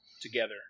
together